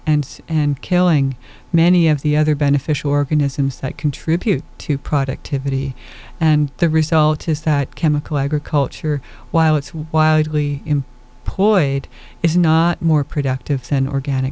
and and killing many of the other beneficial organisms that contribute to productivity and the result is that chemical agriculture while it's wildly in poit is not more productive than organic